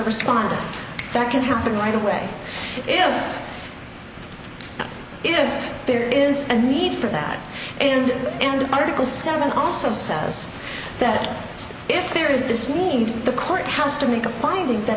response that can happen right away if there is a need for that and in the article seven also says that if there is this need the court has to make a finding that